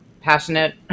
passionate